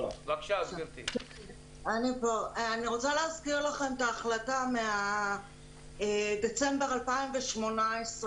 אני רוצה להזכיר לכם את ההחלטה מדצמבר 2018,